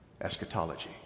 eschatology